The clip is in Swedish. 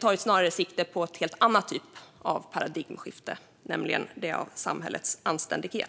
tar snarare sikte på en helt annat typ av paradigmskifte, nämligen det som rör samhällets anständighet.